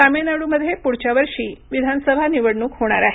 तामिळनाडूमध्ये पुढच्या वर्षी विधानसभा निवडणूक होणार आहे